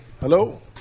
Hello